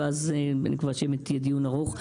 אני מקווה שיהיה באמת דיון ארוך.